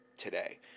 today